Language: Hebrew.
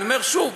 אני אומר שוב.